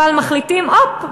אבל מחליטים: הופ,